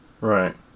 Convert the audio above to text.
Right